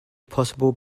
possible